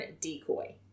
decoy